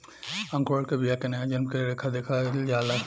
अंकुरण के बिया के नया जन्म के लेखा देखल जाला